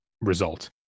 result